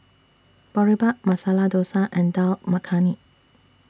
Boribap Masala Dosa and Dal Makhani